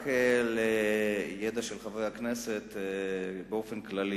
לידע של חברי הכנסת באופן כללי,